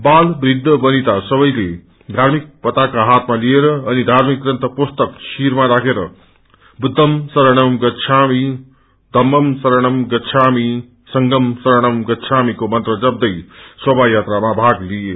बाल वृद्ध वनिता सबेले धार्मिक पाताका हातमा लिएर अनि धार्मिक ग्रनी पोस्तक शिरमा राखेर बुद्धं शरणम गच्छामि धम्रम शरणम गच्छामि संघम शरणम गच्छामिको मन्त्र जप्दै शोभायात्रामा भाग लिए